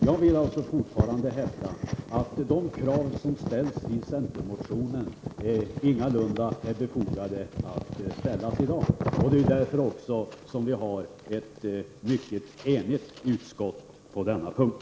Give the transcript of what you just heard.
Jag hävdar fortfarande att de krav som ställs i centermotionen ingalunda är befogade att ställas i dag. Det är därför som utskottet är enigt på denna punkt.